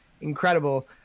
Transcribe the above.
incredible